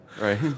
right